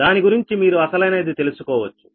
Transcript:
దాని గురించి మీరు అసలైనది తెలుసుకోవచ్చు